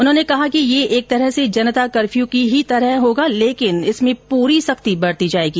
उन्होंने कहा कि यह एक तरह से जनता कर्फ्यू की ही तरह होगा लेकिन इसमें पूरी सख्ती बरती जाएगी